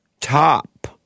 top